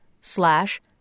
slash